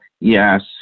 Yes